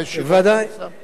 ודאי.